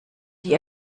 die